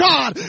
God